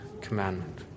commandment